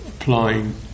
Applying